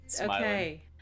okay